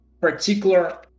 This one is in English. particular